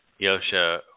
Yosha